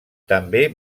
també